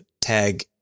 tag